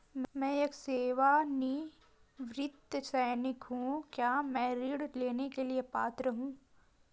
मैं एक सेवानिवृत्त सैनिक हूँ क्या मैं ऋण लेने के लिए पात्र हूँ?